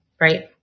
right